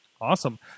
awesome